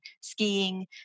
skiing